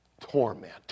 torment